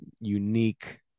unique